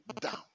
down